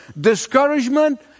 Discouragement